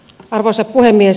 arvoisa puhemies